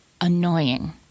annoying